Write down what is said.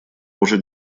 уже